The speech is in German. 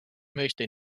möchte